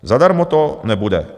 Zadarmo to nebude.